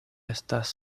estas